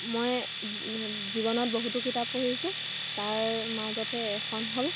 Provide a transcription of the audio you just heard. মই জীৱনত বহুতো কিতাপ পঢ়িছোঁ তাৰ মাজতে এখন হ'ল